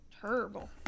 Terrible